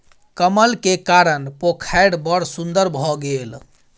कमल के कारण पोखैर बड़ सुन्दर भअ गेल